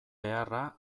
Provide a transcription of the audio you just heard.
beharra